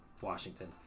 Washington